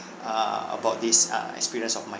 uh about this uh experience of mine